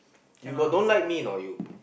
you got don't like me or not you